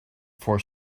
four